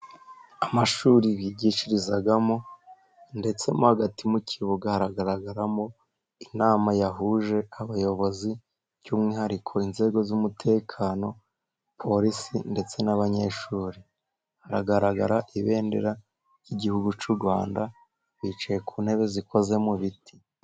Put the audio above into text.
Amashuri bigishirizamo, ndetse mo hagati mu kibuga haragaragaramo inama yahuje abayobozi, by'umwihariko inzego z'umutekano, porisi ndetse n'abanyeshuri. Haragaragara ibendera ry'gihugu cy'u Rwanda, bicaye ku ntebe zikoze mu biti.